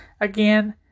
Again